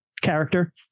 character